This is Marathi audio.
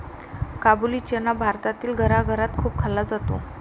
काबुली चना भारतातील घराघरात खूप खाल्ला जातो